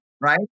right